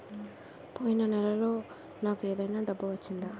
పోయిన నెలలో నాకు ఏదైనా డబ్బు వచ్చిందా?